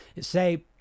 say